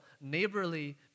neighborly